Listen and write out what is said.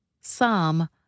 Psalm